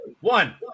one